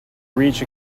reach